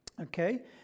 Okay